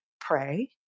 Pray